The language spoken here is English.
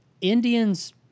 indians